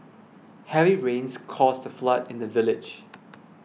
heavy rains caused a flood in the village